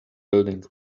building